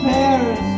Paris